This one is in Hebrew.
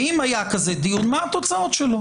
ואם היה דיון כזה מה התוצאות שלו?